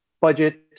budget